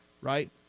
right